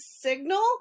signal